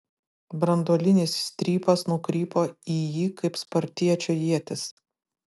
branduolinis strypas nukrypo į jį kaip spartiečio ietis